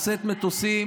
נושאת מטוסים,